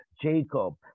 Jacob